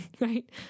right